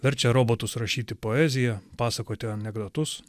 verčia robotus rašyti poeziją pasakoti anekdotus